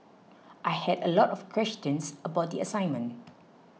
I had a lot of questions about the assignment